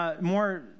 more